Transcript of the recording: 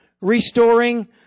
restoring